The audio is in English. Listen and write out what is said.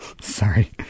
Sorry